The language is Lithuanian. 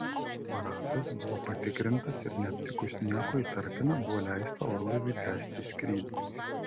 aparatas buvo patikrintas ir neaptikus nieko įtartina buvo leista orlaiviui tęsti skrydį